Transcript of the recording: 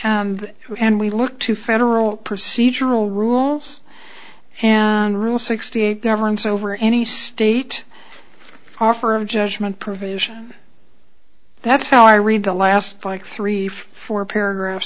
and we look to federal procedural rules and rule sixty eight governs over any state offer of judgment provision that's how i read the last five three four paragraph